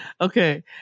Okay